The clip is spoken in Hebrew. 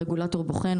הרגולטור בוחן,